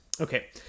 Okay